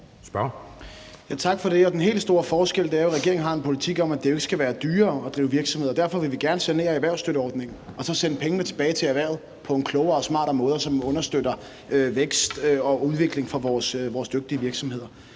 Tak for det. Den helt store forskel er jo, at regeringen har en politik om, at det ikke skal være dyrere at drive virksomhed, og derfor vil vi gerne sanere erhvervsstøtteordningen og så sende pengene tilbage til erhvervet på en klogere og smartere måde, som understøtter vækst og udvikling for vores dygtige virksomheder.